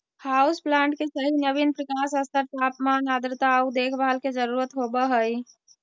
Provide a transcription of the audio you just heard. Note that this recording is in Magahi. हाउस प्लांट के सही नवीन प्रकाश स्तर तापमान आर्द्रता आउ देखभाल के जरूरत होब हई